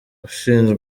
ushinzwe